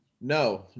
No